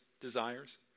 desires